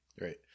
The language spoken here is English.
Right